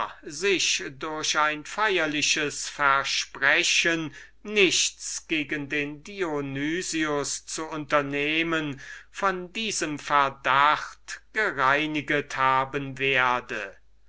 tarentiner durch ein feirliches versprechen auf keinerlei weise künftighin gegen dionysen etwas zu unternehmen sich von diesem verdacht am besten gereiniget haben werde